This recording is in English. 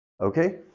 Okay